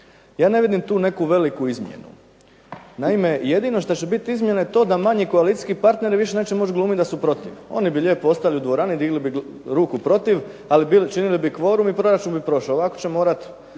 Ja ne vidim tu neku veliku izmjenu. Naime, jedino što će biti izmjene je to da manji koalicijski partneri više neće moći glumiti da su protiv. Oni bi lijepo ostali u dvorani, dignuli bi ruku protiv ali učinili bi kvorum i proračun bi prošao. Ovako će morati